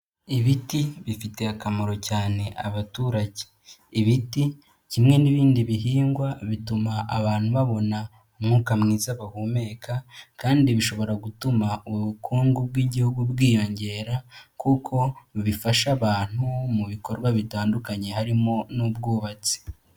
Ibiti bifitiye akamaro cyane abaturage. Ibiti kimwe n'ibindi bihingwa bituma abantu babona umwuka mwiza bahumeka, kandi bishobora gutuma ubukungu bw'igihugu bwiyongera kuko bifasha abantu mu bikorwa bitandukanye harimo n'ubwubatsi.